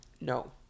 No